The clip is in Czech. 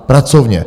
Pracovně!